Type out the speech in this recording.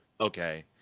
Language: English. Okay